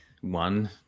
one